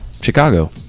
Chicago